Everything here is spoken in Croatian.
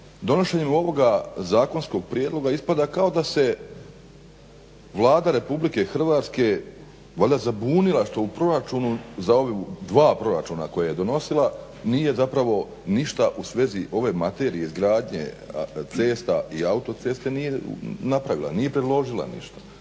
donošenjem ovoga zakonskog prijedloga ispada kao da se Vlada Republike Hrvatske valjda zabunila što u proračunu za ova dva proračuna koja je donosila nije zapravo ništa u svezi ove materije, izgradnje cesta i autoceste nije napravila, nije predložila ništa.